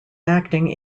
acting